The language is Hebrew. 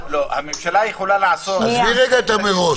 ה"מראש",